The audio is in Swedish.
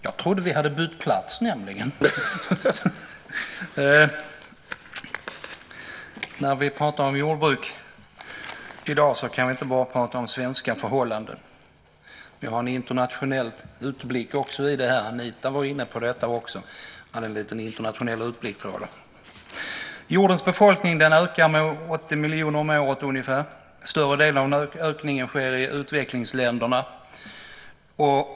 Herr talman! När vi talar om jordbruk i dag kan vi inte bara prata om svenska förhållanden. Vi har med en internationell utblick i det - Anita var också inne på det. Jordens befolkning ökar med ungefär 80 miljoner om året. Större delen av ökningen sker i utvecklingsländerna.